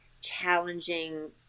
challenging